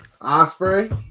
Osprey